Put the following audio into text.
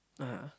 (uh huh)